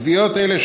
קביעות אלה,